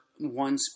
one